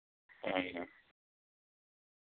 ہاں